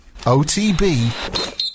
OTB